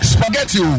Spaghetti